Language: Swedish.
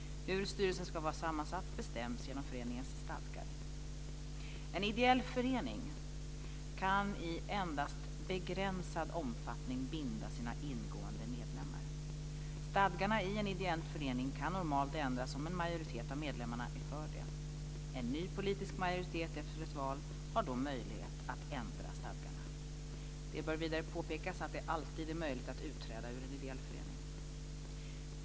Hur styrelsen ska vara sammansatt bestäms genom föreningens stadgar. En ideell förening kan i endast begränsad omfattning binda sina ingående medlemmar. Stadgarna i en ideell förening kan normalt ändras om en majoritet av medlemmarna är för det. En ny politisk majoritet efter ett val har då möjlighet att ändra stadgarna. Det bör vidare påpekas att det alltid är möjligt att utträda ur en ideell förening.